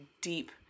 deep